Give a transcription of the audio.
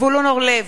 זבולון אורלב,